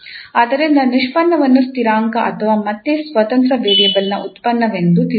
ಆದ್ದರಿಂದ ನಿಷ್ಪನ್ನವನ್ನು ಸ್ಥಿರಾಂಕ ಅಥವಾ ಮತ್ತೆ ಸ್ವತಂತ್ರ ವೇರಿಯೇಬಲ್ನ ಉತ್ಪನ್ನವೆಂದು ತಿಳಿದಿದ್ದರೆ